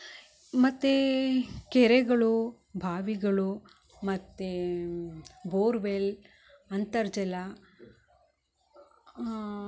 ಮತ್ತು ಕೆರೆಗಳು ಬಾವಿಗಳು ಮತ್ತು ಬೋರ್ವೆಲ್ ಅಂತರ್ಜಲ